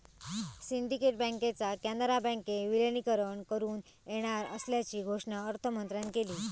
syndicate बँकेचा कॅनरा बँकेत विलीनीकरण करुक येणार असल्याची घोषणा अर्थमंत्र्यांन केली